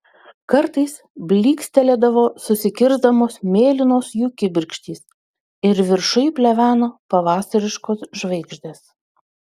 kartais blykstelėdavo susikirsdamos mėlynos jų kibirkštys ir viršuj pleveno pavasariškos žvaigždės